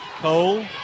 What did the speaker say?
Cole